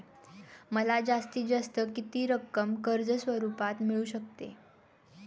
मला जास्तीत जास्त किती रक्कम कर्ज स्वरूपात मिळू शकते?